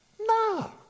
No